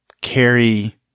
carry